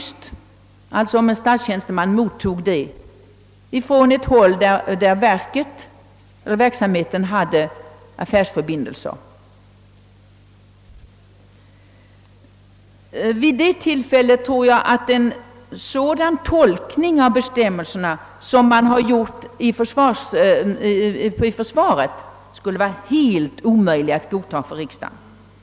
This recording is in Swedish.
Detta kunde alltså en statstjänsteman få ta emot från någon som han har affärsförbindelse med i tjänsten. Däremot tror jag att en sådan tolkning av bestämmelserna som gjorts inom försvaret den gången skulle varit helt omöjlig för riksdagen att godtaga.